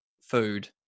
food